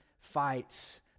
fights